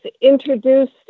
introduced